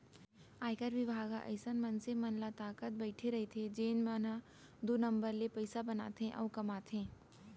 आयकर बिभाग ह अइसन मनसे मन ल ताकत बइठे रइथे जेन मन ह दू नंबर ले पइसा बनाथे अउ कमाथे